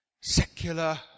secular